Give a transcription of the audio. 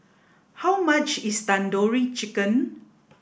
how much is Tandoori Chicken